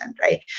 right